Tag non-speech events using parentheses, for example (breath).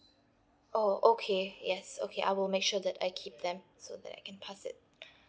oh okay yes okay I will make sure that I keep them so that I can pass it (breath)